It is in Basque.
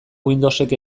windowsek